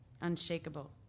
unshakable